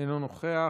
אינו נוכח.